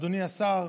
אדוני השר,